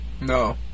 No